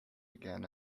again